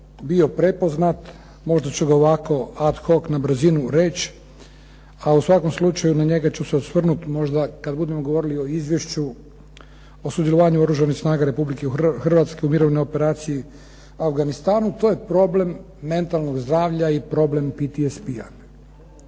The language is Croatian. bio prepoznat, možda ću ga ovako ad hoc, na brzinu reći, a u svakom slučaju na njega ću se osvrnut možda kad budemo govorili o Izvješću o sudjelovanju Oružanih snaga Republike Hrvatske u mirovnoj operaciji u Afganistanu, to je problem mentalnog zdravlja i problem PTSP-a.